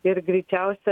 ir greičiausia